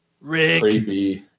Rick